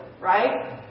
right